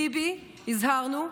/ ביבי, / הזהרנו,